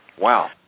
Wow